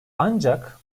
ancak